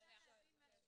הסעיף.